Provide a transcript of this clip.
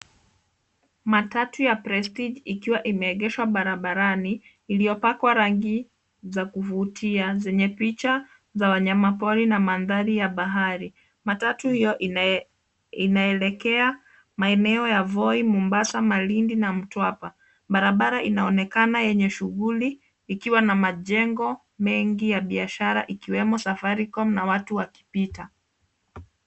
Matatu ya Prestige ikiwa imeegeshwa barabarani, iliyopakwa rangi za kuvutia zenye picha za wanyama pori na mandhari ya bahari. Matatu hiyo inaelekea maeneo ya Voi, Mombassa, Malindi na Mtwapa. Barabara inaonekana yenye shughuli ikiwa na majengo mengi ya biashara, ikiwemo Safaricom na watu wakipita.